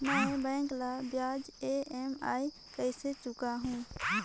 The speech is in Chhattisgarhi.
मैं बैंक ला ब्याज ई.एम.आई कइसे चुकाहू?